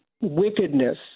wickedness